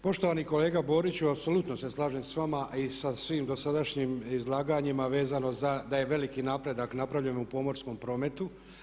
Poštovani kolega Boriću, apsolutno se slažem sa vama i sa svim dosadašnjim izlaganjima vezano za, da je veliki napredak napravljen u pomorskom prometu.